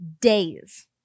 days